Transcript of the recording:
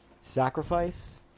sacrifice